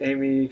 Amy